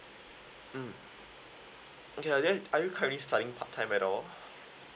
mm okay uh then are you currently studying part time at all